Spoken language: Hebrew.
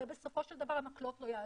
הרי בסופו של דבר, המקלות לא יעזרו.